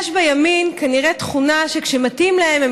יש בימין כנראה תכונה שכשמתאים להם הם